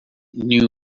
knew